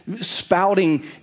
spouting